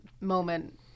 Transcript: moment –